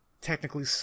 Technically